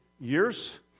years